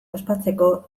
ospatzeko